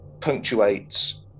punctuates